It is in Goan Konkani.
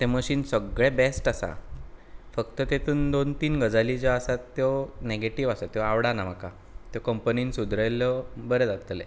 तें मशीन सगळें बेस्ट आसा फक्त तेंतून दोन तीन गजाली ज्यो आसात त्यो नेगेटीव आसा त्यो आवडाना म्हाका त्यो कंपनीन सुदरायल्ल्यो बरें जातलें